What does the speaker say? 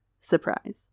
Surprise